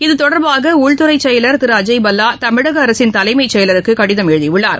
இத்தொடர்பாக உள்துறை செயலர் திரு அஜய் பல்லா தமிழக அரசின் தலைமைச் செயலருக்கு கடிதம் எழுதியுள்ளார்